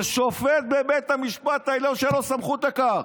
זה שופט בבית המשפט העליון שאין לו סמכות לכך.